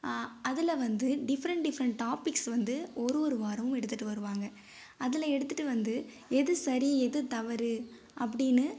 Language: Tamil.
அதில் வந்து டிஃப்ரெண்ட் டிஃப்ரெண்ட் டாப்பிக்ஸ் வந்து ஒரு ஒரு வாரம் எடுத்துகிட்டு வருவாங்க அதில் எடுத்துகிட்டு வந்து எது சரி எது தவறு அப்படினு